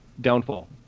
downfall